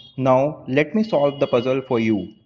now let me solve the puzzle for you,